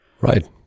Right